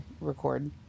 record